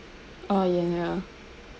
or